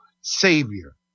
Savior